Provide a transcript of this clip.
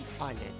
honest